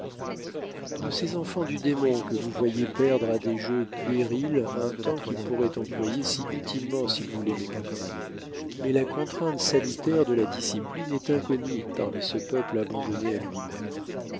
de ces enfants du démon que vous voyez perdre à des jeux puérils un temps qu'ils pourraient employer si utilement s'ils voulaient m'écouter mais la contrainte salutaire de la discipline est inconnue parmi ce peuple abandonné à lui-même